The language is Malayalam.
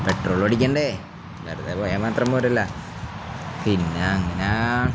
പെട്രോള ടിക്കണ്ടേ വെറതെ പോയ മാത്രം പോലല്ല പിന്നെ അങ്ങനാ